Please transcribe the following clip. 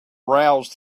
roused